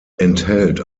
enthält